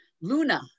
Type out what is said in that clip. luna